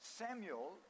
samuel